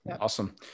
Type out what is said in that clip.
Awesome